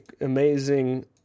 amazing